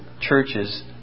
churches